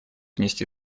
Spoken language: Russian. внести